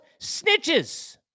Snitches